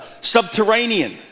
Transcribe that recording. subterranean